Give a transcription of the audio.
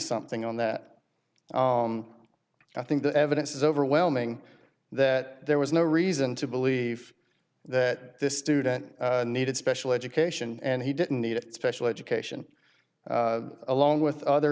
something on that i think the evidence is overwhelming that there was no reason to believe that this student needed special education and he didn't need special education along with other